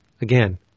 again